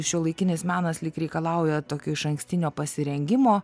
šiuolaikinis menas lyg reikalauja tokio išankstinio pasirengimo